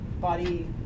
body